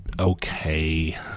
okay